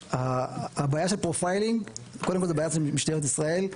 הבעיה של פרופיילינג היא קודם כול בעיה של משטרת ישראל,